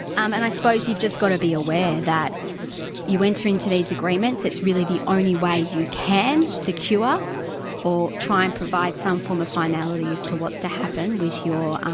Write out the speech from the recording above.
um and i suppose you've just got to be aware that you enter into these agreements, it's really the only way you can secure or try and provide some form of finality as to what's to happen with your,